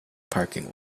parking